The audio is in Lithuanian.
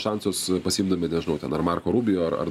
šansus pasiimdami nežinau ten ar marko rubio ar ar